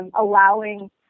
allowing